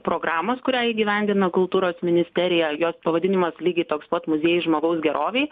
programos kurią įgyvendina kultūros ministerija jos pavadinimas lygiai toks pat muziejai žmogaus gerovei